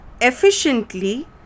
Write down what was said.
efficiently